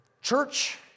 Church